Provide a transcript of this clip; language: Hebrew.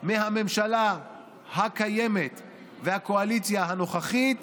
מהממשלה הקיימת והקואליציה הנוכחית,